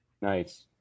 Nice